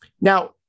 Now